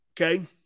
Okay